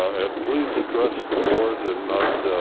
and please address the board and not